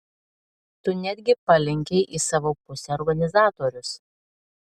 tu netgi palenkei į savo pusę organizatorius